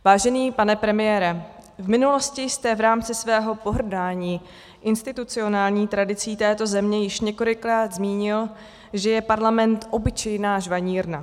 Vážený pane premiére, v minulosti jste v rámci svého pohrdání institucionální tradicí této země již několikrát zmínil, že je Parlament obyčejná žvanírna.